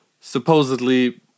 supposedly